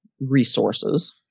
resources